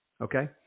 Okay